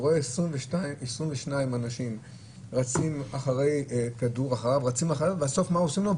הוא רואה 22 אנשים שרצים אחרי כדור ובסוף מה עושים לו?